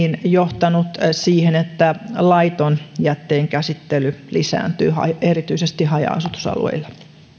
johtaneet siihen että laiton jätteenkäsittely lisääntyy erityisesti haja asutusalueilla